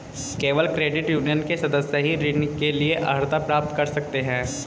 केवल credit union के सदस्य ही ऋण के लिए अर्हता प्राप्त कर सकते हैं